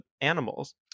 animals